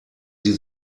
sie